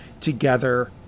together